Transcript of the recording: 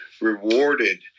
rewarded